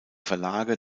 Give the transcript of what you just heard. verlage